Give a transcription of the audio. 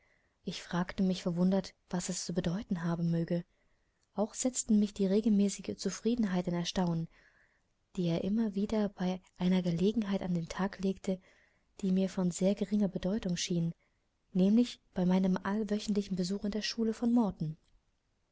ich fragte mich verwundert was das zu bedeuten haben möge auch setzte mich die regelmäßige zufriedenheit in erstaunen die er immer wieder bei einer gelegenheit an den tag legte die mir von sehr geringer bedeutung schien nämlich bei meinem allwöchentlichen besuch in der schule von morton